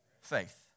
faith